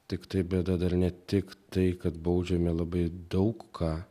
tiktai bėda dar ne tik tai kad baudžiame labai daug ką